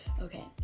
Okay